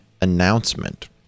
announcement